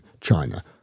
China